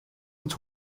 und